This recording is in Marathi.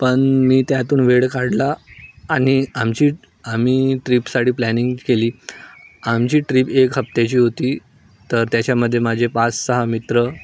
पण मी त्यातून वेळ काढला आणि आमची आम्ही ट्रीपसाठी प्लॅनिंग केली आमची ट्रीप एक हप्त्याची होती तर त्याच्यामध्ये माझे पाच सहा मित्र